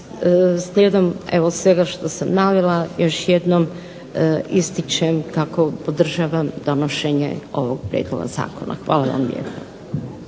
Slijedom evo svega što sam navela još jednom ističem kako podržavam donošenje ovog prijedloga zakona. Hvala vam lijepa.